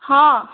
ହଁ